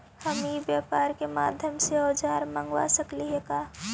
हम ई व्यापार के माध्यम से औजर मँगवा सकली हे का?